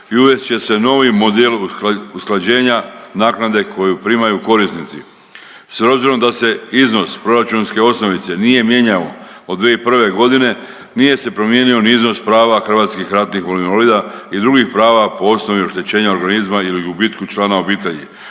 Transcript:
i uvest će se novi model usklađenja naknade koju primaju korisnici. S obzirom da se iznos proračunske osnovice nije mijenjao od 2001.g., nije se promijenio ni iznos prava HRVI i drugih prava po osnovi oštećenja organizma ili gubitku člana obitelji,